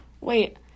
Wait